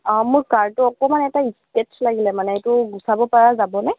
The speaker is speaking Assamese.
অ মোৰ কাৰটো অকণমান এটা স্কেচ লাগিলে মানে এইটো গুচাব পৰা যাবনে